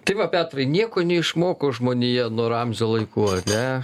tai va petrai nieko neišmoko žmonija nuo ramzio laikų ane